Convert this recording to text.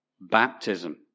baptism